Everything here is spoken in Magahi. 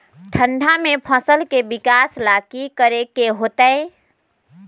ठंडा में फसल के विकास ला की करे के होतै?